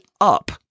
up